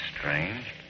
strange